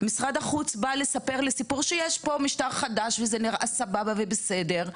משרד החוץ בא לספר לי סיפור על כך שיש שם משטר חדש ונראה סבבה ובסדר,